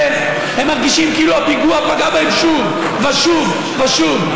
הן מרגישות כאילו הפיגוע פגע בהן שוב ושוב ושוב.